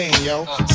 Yo